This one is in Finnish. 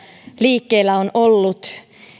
liikkeellä on ollut